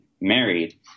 married